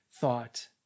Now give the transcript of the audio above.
thought